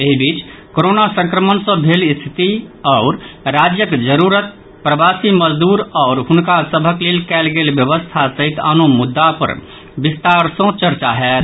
एहि बीच कोरोना संक्रमण सँ भेल स्थिति आओर राज्यक जरूरत प्रवासी मजदूर आओर हुनका सभक लेल कयल गेल व्यवस्था सहित आनो मुद्दा पर विस्तार सँ चर्चा होयत